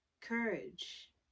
Courage